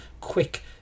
quick